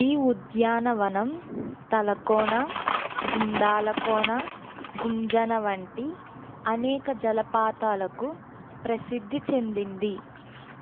ఈ ఉద్యానవనం తలకోన గుండాలకోన గుంజన వంటి అనేక జలపాతాలకు ప్రసిద్ధి చెందింది